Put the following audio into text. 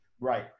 Right